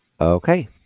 Okay